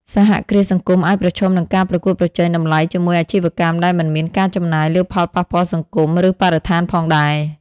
សហគ្រាសសង្គមអាចប្រឈមនឹងការប្រកួតប្រជែងតម្លៃជាមួយអាជីវកម្មដែលមិនមានការចំណាយលើផលប៉ះពាល់សង្គម ឬបរិស្ថានផងដែរ ។